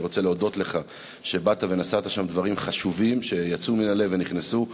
אני רוצה להודות לך שבאת ונשאת שם דברים חשובים שיצאו מן הלב ונכנסו,